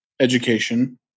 education